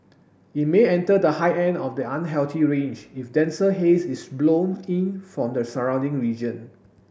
it may enter the high end of the unhealthy range if denser haze is blown in from the surrounding region